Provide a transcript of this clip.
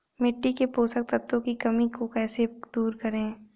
मिट्टी के पोषक तत्वों की कमी को कैसे दूर करें?